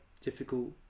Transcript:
difficult